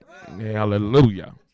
Hallelujah